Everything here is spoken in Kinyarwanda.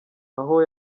aho